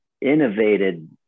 innovated